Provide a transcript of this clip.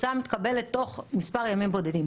התוצאה מתקבלת תוך מספר ימים בודדים.